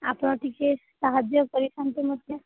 ଆପଣ ଟିକେ ସାହାଯ୍ୟ କରିଥାନ୍ତେ ମୋତେ